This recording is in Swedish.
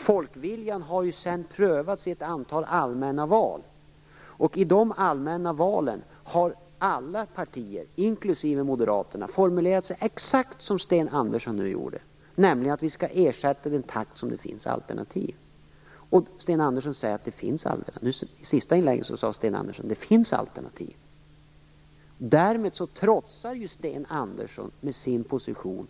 Folkviljan har ju sedan prövats i ett antal allmänna val, och i de allmänna valen har alla partierna, inklusive Moderaterna, formulerat sig exakt som Sten Andersson nu gjorde. De har sagt att vi skall ersätta i den takt som det finns alternativ. Sten Andersson säger att det finns alternativ. I det sista inlägget sade Sten Andersson att det finns alternativ. Därmed trotsar Sten Andersson med sin position